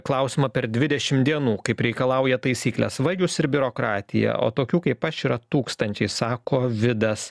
klausimą per dvidešim dienų kaip reikalauja taisyklės va jūs ir biurokratija o tokių kaip aš yra tūkstančiai sako vidas